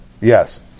Yes